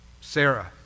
Sarah